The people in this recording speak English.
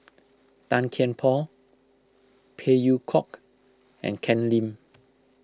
Tan Kian Por Phey Yew Kok and Ken Lim